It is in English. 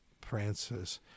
Francis